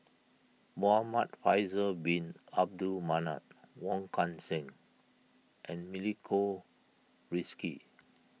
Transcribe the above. Muhamad Faisal Bin Abdul Manap Wong Kan Seng and Milenko Prvacki